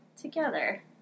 together